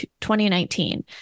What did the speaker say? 2019